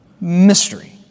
mystery